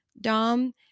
Dom